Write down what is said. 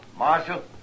Marshal